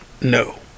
no